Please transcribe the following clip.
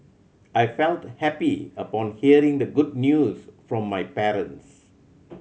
I felt happy upon hearing the good news from my parents